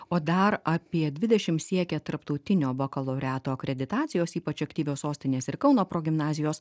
o dar apie dvidešim siekia tarptautinio bakalaureato akreditacijos ypač aktyvios sostinės ir kauno progimnazijos